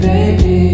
Baby